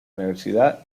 universidad